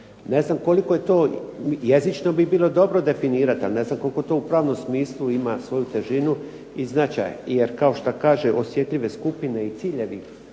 Ne znam koliko je to, jezično bi bilo dobro definirati, ali ne znam koliko to u pravnom smislu ima svoju težinu i značaj? Jer kao što kaže, osjetljive skupine i ciljevi